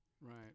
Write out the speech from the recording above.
right